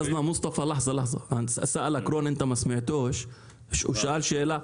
--- הוא שאל שאלה,